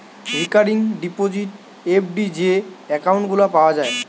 recurring deposit, FD যে account গুলা পাওয়া যায়